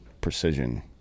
precision